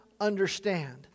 understand